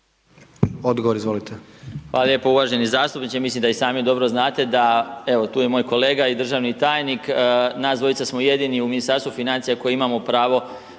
Zdravko** Hvala lijepo. Uvaženi zastupniče, mislim da i sami dobro znate da evo tu je i moj kolega i državni tajnik, nas dvojca smo jedini u ministarstvu financija koji imamo pravo